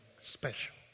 special